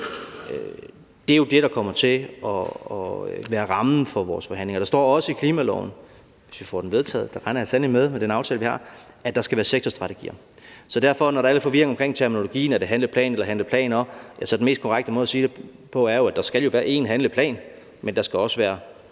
jo er det, der kommer til at være rammen for vores forhandlinger. Der står også i klimaloven, hvis vi får den vedtaget – det regner jeg sandelig med med den aftale, vi har – at der skal være sektorstrategier. Så når der er lidt forvirring omkring terminologien, med hensyn til om det er handleplan eller handleplaner, er den mest korrekte måde at sige det på, at der skal være én handleplan, men at der også skal